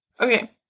Okay